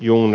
jung